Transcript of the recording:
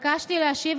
בבקשה,